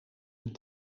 een